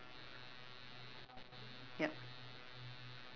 yup